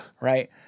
right